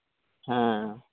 ᱦᱮᱸ